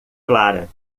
clara